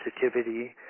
sensitivity